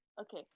okay